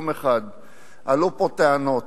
עלו פה טענות